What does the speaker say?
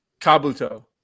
kabuto